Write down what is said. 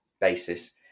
basis